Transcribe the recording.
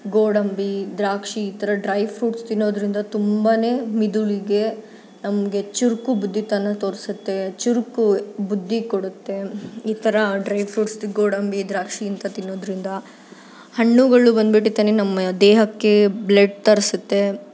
ಗೋಡಂಬಿ ದ್ರಾಕ್ಷಿ ಈ ಥರ ಡ್ರೈ ಫ್ರೂಟ್ಸ್ ತಿನ್ನೋದರಿಂದ ತುಂಬ ಮಿದುಳಿಗೆ ನಮಗೆ ಚುರುಕು ಬುದ್ದಿತನ ತೋರಿಸುತ್ತೆ ಚುರುಕು ಬುದ್ದಿ ಕೊಡುತ್ತೆ ಈ ಥರ ಡ್ರೈ ಫ್ರೂಟ್ಸ್ದು ಗೋಡಂಬಿ ದ್ರಾಕ್ಷಿ ಇಂಥ ತಿನ್ನೋದರಿಂದ ಹಣ್ಣುಗಳು ಬಂದುಬಿಟ್ಟುತನೆ ನಮ್ಮ ದೇಹಕ್ಕೆ ಬ್ಲಡ್ ತರಿಸುತ್ತೆ